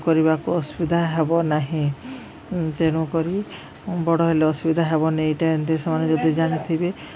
କରିବାକୁ ଅସୁବିଧା ହେବ ନାହିଁ ତେଣୁ କରି ବଡ଼ ହେଲେ ଅସୁବିଧା ହେବନି ଏଟା ଏମିତି ସେମାନେ ଯଦି ଜାଣିଥିବେ